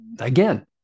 again